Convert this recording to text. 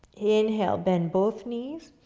inhale, bend both knees.